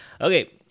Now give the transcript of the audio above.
Okay